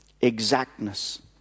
Exactness